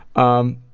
um.